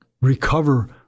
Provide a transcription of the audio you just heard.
recover